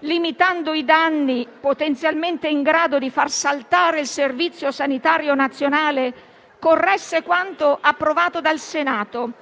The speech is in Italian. limitando i danni potenzialmente in grado di far saltare il Servizio sanitario nazionale, corresse quanto approvato dal Senato.